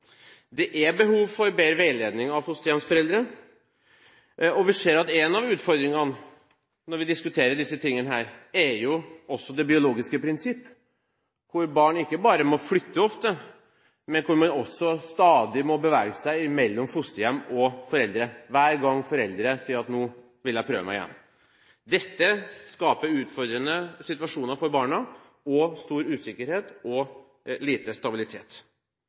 Det er behov for bedre veiledning av fosterhjemsforeldre, og vi ser at én av utfordringene når vi diskuterer disse tingene, er det biologiske prinsipp. Barn må ikke bare flytte ofte, men de må også stadig bevege seg mellom fosterhjem og foreldre, hver gang foreldrene sier at de vil prøve seg igjen. Dette skaper utfordrende situasjoner for barna, stor usikkerhet og lite stabilitet.